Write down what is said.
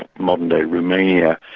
ah modern-day romania,